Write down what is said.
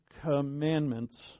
commandments